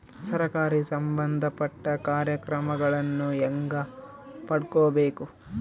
ಸರಕಾರಿ ಸಂಬಂಧಪಟ್ಟ ಕಾರ್ಯಕ್ರಮಗಳನ್ನು ಹೆಂಗ ಪಡ್ಕೊಬೇಕು?